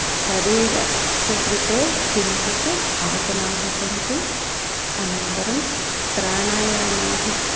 शरीरस्य कृते किञ्चित् आसनानि सन्ति अनन्तरं प्राणायामान्